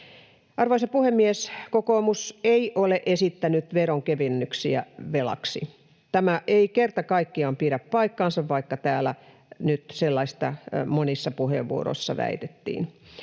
Arvoisa puhemies! Kokoomus ei ole esittänyt veronkevennyksiä velaksi. Tämä ei kerta kaikkiaan pidä paikkaansa, vaikka täällä nyt sellaista monissa puheenvuoroissa väitettiin.